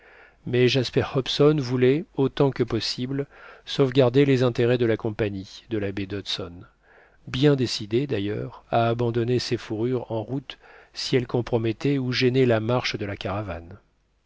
mais jasper hobson voulait autant que possible sauvegarder les intérêts de la compagnie de la baie d'hudson bien décidé d'ailleurs à abandonner ces fourrures en route si elles compromettaient ou gênaient la marche de la caravane